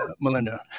Melinda